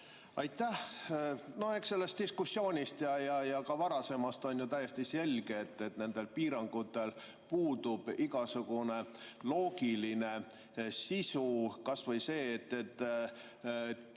Aitäh! Eks sellest diskussioonist ja ka varasemast on täiesti selge, et nendel piirangutel puudub igasugune loogiline sisu. Kas või see, et